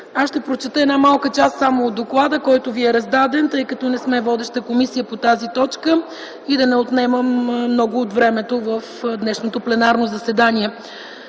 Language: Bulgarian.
Аз ще прочета само една малка част от доклада, който ви е раздаден, тъй като не сме водеща комисия по тази точка и да не отнемам много от времето в днешното пленарно заседание.